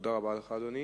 רצוני לשאול: